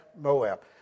Moab